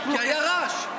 כי היה רעש.